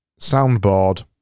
soundboard